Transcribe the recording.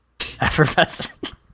effervescent